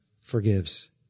forgives